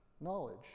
knowledge